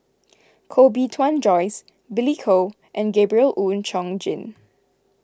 Koh Bee Tuan Joyce Billy Koh and Gabriel Oon Chong Jin